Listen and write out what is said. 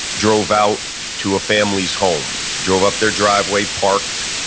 drove out to a family's home. drove up their driveway, parked,